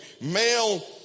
Male